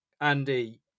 Andy